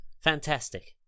fantastic